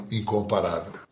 incomparável